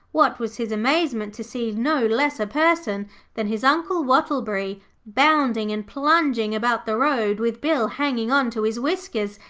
what was his amazement to see no less a person than his uncle wattleberry bounding and plunging about the road with bill hanging on to his whiskers,